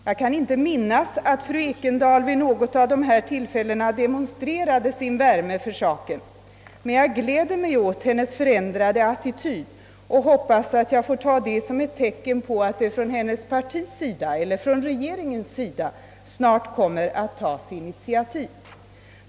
Jag kan inte minnas att fru Ekendahl vid något av dessa tillfällen demonstrerat sin värme för saken, men jag gläder mig över hennes förändrade attityd och hoppas att jag får tolka den som ett tecken på att det från hennes partis sida eller från regeringens sida snart kommer att tas initiativ.